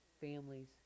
families